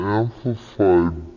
amplified